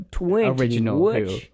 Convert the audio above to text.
original